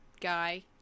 guy